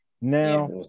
Now